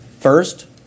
First